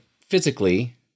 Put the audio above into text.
physically